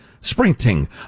sprinting